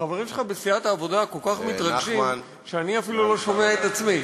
החברים שלך בסיעת העבודה כל כך מתרגשים שאני אפילו לא שומע את עצמי.